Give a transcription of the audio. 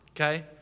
okay